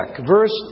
Verse